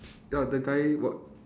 ya the guy got